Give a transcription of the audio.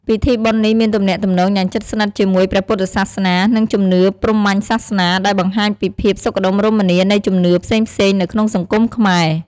ពិធីបុណ្យនេះមានទំនាក់ទំនងយ៉ាងជិតស្និទ្ធជាមួយព្រះពុទ្ធសាសនា និងជំនឿព្រាហ្មណ៍សាសនា ដែលបង្ហាញពីភាពសុខដុមរមនានៃជំនឿផ្សេងៗនៅក្នុងសង្គមខ្មែរ។